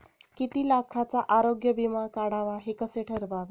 किती लाखाचा आरोग्य विमा काढावा हे कसे ठरवावे?